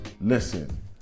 listen